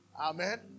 Amen